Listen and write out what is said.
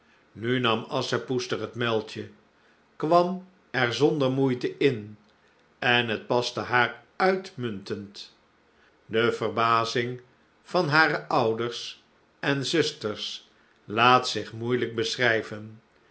nu nam asschepoester het muiltje kwam er zonder moeite in en het paste haar uitmuntend de verbazing van hare ouders en zusters laat zich moeijelijk beschrijven